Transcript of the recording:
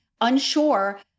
unsure